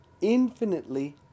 infinitely